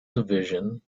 division